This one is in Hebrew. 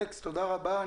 אלכס תודה רבה.